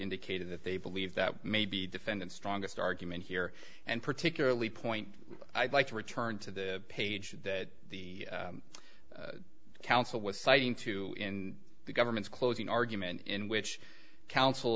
indicated that they believe that maybe defendant strongest argument here and particularly point i'd like to return to the page that the counsel was citing to in the government's closing argument in which counsel